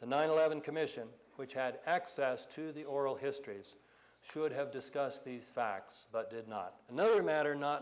the nine eleven commission which had access to the oral histories should have discussed these facts but did not another matter not